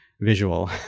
visual